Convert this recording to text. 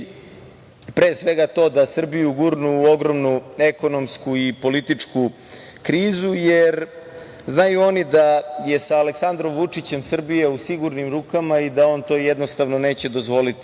za cilj da Srbiju gurnu u ogromnu ekonomsku i političku krizu, jer znaju oni da je sa Aleksandrom Vučićem Srbija u sigurnim rukama i da on to jednostavno neće dozvoliti. Ne